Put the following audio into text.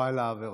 יוראי להב הרצנו,